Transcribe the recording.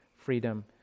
freedom